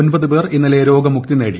ഒമ്പത് പേർ ഇന്നലെ രോഗമുക്തി നേടി